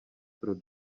pro